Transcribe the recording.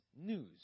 news